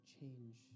change